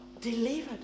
delivered